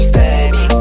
baby